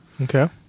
okay